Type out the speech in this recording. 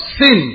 sin